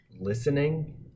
listening